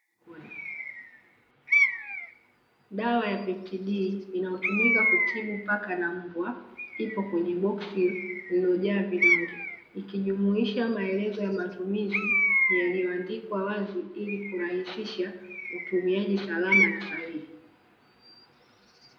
Dawa ya Pet D Inayotumika kutibu paka na mbwa, ipo kwenye boksi lililojaa vidonge, ikijumuisha maelezo ya matumizi, yaliyoandikwa wazi ili kurahisisha, utumiaji salama na sahihi.